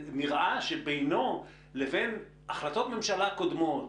נראה שבינו לבין החלטות ממשלה קודמות,